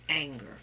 anger